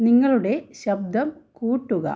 നിങ്ങളുടെ ശബ്ദം കൂട്ടുക